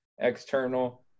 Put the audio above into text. external